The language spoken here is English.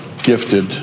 gifted